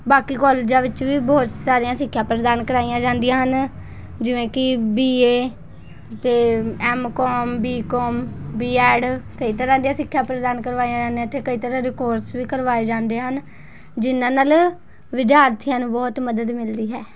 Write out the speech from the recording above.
ਬਾਕੀ ਕੋਲਜਾਂ ਵਿੱਚ ਵੀ ਬਹੁਤ ਸਾਰੀਆਂ ਸਿੱਖਿਆ ਪ੍ਰਦਾਨ ਕਰਵਾਈਆਂ ਜਾਂਦੀਆਂ ਹਨ ਜਿਵੇਂ ਕਿ ਬੀ ਏ ਅਤੇ M com B com B ed ਕਈ ਤਰ੍ਹਾਂ ਦੀਆਂ ਸਿੱਖਿਆ ਪ੍ਰਦਾਨ ਕਰਵਾਈਆਂ ਜਾਂਦੀਆਂ ਇੱਥੇ ਕਈ ਤਰ੍ਹਾਂ ਦੇ ਕੋਰਸ ਵੀ ਕਰਵਾਏ ਜਾਂਦੇ ਹਨ ਜਿਹਨਾਂ ਨਾਲ ਵਿਦਿਆਰਥੀਆਂ ਨੂੰ ਬਹੁਤ ਮਦਦ ਮਿਲਦੀ ਹੈ